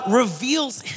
reveals